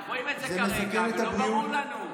אנחנו רואים את זה כרגע ולא ברור לנו.